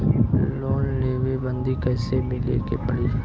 Loan लेवे बदी कैसे मिले के पड़ी?